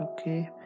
okay